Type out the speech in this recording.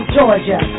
Georgia